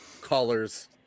colors